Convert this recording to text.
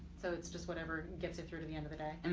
so it's just whatever gets it through to the end of the day? and